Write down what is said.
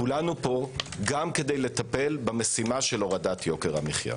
כולנו פה גם כדי לטפל במשימה של הורדת יוקר המחיה.